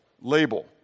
label